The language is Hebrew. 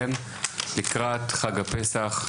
לקראת חג הפסח.